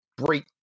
great